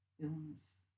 illness